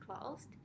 closed